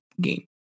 game